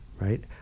right